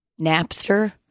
Napster